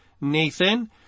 Nathan